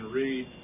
read